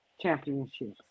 championship